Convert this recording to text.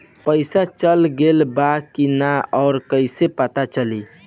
पइसा चल गेलऽ बा कि न और कइसे पता चलि?